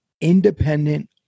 independent